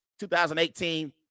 2018